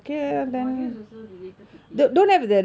there are modules also related to theatre